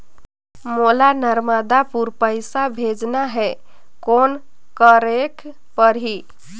मोला नर्मदापुर पइसा भेजना हैं, कौन करेके परही?